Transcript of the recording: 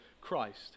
Christ